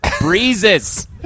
Breezes